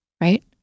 Right